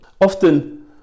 often